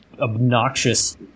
obnoxious